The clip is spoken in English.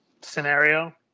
scenario